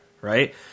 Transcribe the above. right